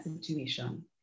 situation